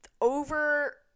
over